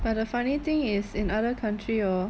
but the funny thing is in other country hor